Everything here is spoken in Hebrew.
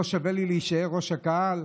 לא שווה לי להישאר ראש הקהל?